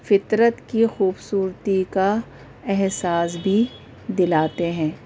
فطرت کی خوبصورتی کا احساس بھی دلاتے ہیں